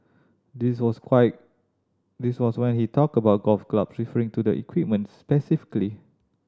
this was this was when he talked about golf club referring to the equipment specifically